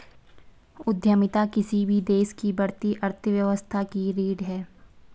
उद्यमिता किसी भी देश की बढ़ती अर्थव्यवस्था की रीढ़ है